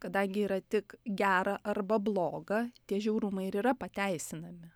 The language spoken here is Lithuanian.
kadangi yra tik gera arba bloga tie žiaurumai ir yra pateisinami